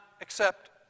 accept